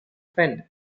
friend